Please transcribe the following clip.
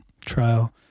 trial